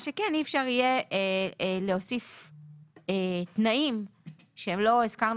מה שהסייפה אומרת זה שלא יכול להיות שסכומי